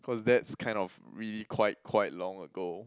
cause that's kind of really quite quite long ago